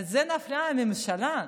על זה נפלה הממשלה.